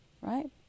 right